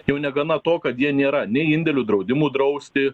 jau negana to kad jie nėra nei indėlių draudimu drausti